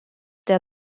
der